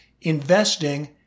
investing